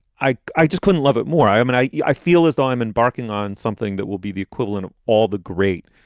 i i just couldn't love it more. i um and mean, yeah i feel as though i'm embarking on something that will be the equivalent of all the great,